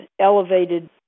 elevated